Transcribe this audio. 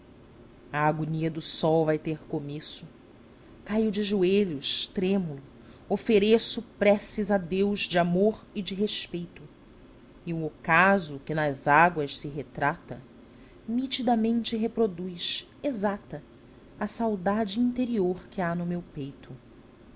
a agonia do sol vai ter começo caio de joelhos trêmulo ofereço preces a deus de amor e de respeito e o ocaso que nas águas se retrata nitidamente repdoruz exata a saudade interior que há no meu peito